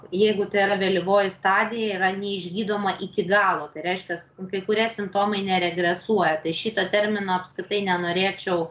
jeigu tai yra vėlyvoji stadija yra neišgydoma iki galo tai reiškias kai kurie simptomai neregresuoja tai šito termino apskritai nenorėčiau